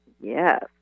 Yes